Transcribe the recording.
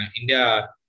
India